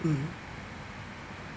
mm